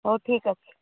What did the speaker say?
ହଉ ଠିକ୍ ଅଛି